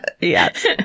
Yes